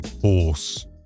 Horse